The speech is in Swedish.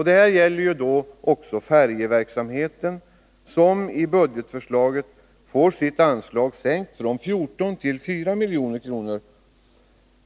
Detta gäller också färjetrafiken, som i budgetförslaget får sitt anslag sänkt från 14 till 4 milj.kr.